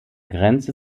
grenze